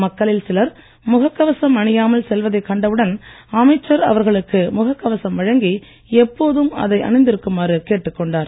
மக்களில் சிலர் முகக் கவசம் அணியாமல் செல்வதைக் கண்டவுடன் அமைச்சர் அவர்களுக்கு முகக் கவசம் வழங்கி எப்போதும் அதை அணிந்திருக்குமாறு கேட்டுக் கொண்டார்